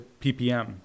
ppm